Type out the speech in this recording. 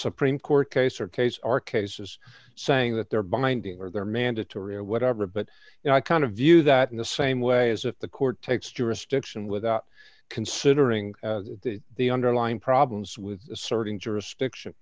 supreme court case or case are cases saying that they're binding or they're mandatory or whatever but you know i kind of view that in the same way as if the court takes jurisdiction without considering the underlying problems with asserting jurisdiction